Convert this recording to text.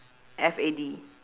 F A D